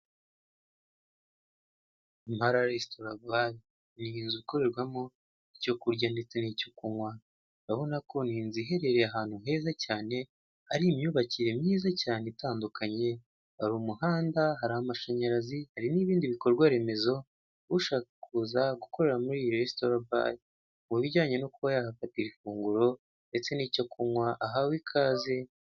Impara resitora ni inzu ikorerwamo icyo kurya ndetse n'icyo kunywa urabona ko iy'inzu iherereye ahantu heza cyane hari imyubakire myiza cyane itandukanye hari umuhanda ,hari amashanyarazi hari n'ibindi bikorwa remezo ushaka kuza gukorera muri iyi resitora bare mu bijyanye no kuba yahafatira ifunguro ndetse n'icyo kunywa ahawe ikaze.